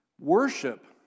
Worship